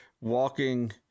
walking